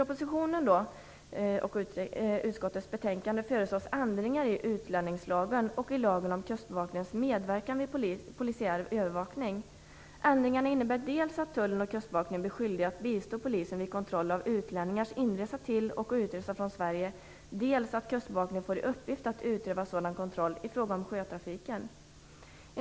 Ändringarna innebär dels att tullen och kustbevakningen blir skyldiga att bistå polisen vid kontroll av utlänningars inresa till och utresa från Sverige, dels att kustbevakningen får i uppgift att utöva sådan kontroll i fråga om sjötrafiken.